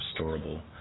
restorable